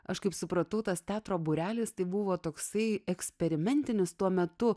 aš kaip supratau tas teatro būrelis tai buvo toksai eksperimentinis tuo metu